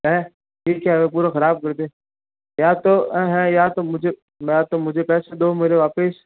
हैं फिर क्या है पूरा खराब कर दे या तो हैं या तो मुझे या तो मुझे पैसे दो मेरे वापस